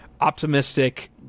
optimistic